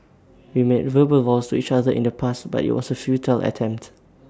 we made verbal vows to each other in the past but IT was A futile attempt